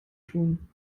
tun